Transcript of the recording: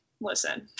listen